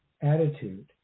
attitude